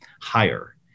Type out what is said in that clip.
higher